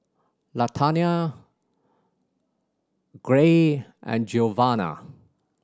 Latanya Gray and Giovanna